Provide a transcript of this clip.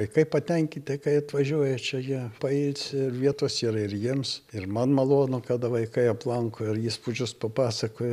vaikai patenkinti kai atvažiuoja čia jie pailsi vietos yra ir jiems ir man malonu kada vaikai aplanko ir įspūdžius papasakoja